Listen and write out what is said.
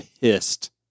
pissed